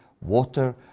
Water